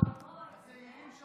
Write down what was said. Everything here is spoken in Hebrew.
אוי ואבוי.